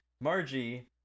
Margie